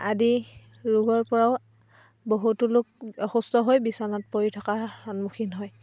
আদি ৰোগৰ পৰাও বহুতো লোক অসুস্থ হৈ বিচনাত পৰি থকাৰ সন্মুখীন হয়